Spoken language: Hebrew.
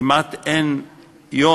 כמעט אין יום